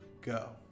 Go